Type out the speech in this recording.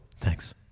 Thanks